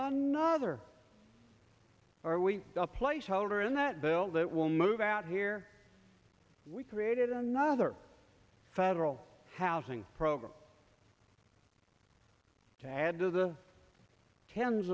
another are we a placeholder in that bill that will move out here we created another federal housing program to add to the tens